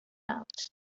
out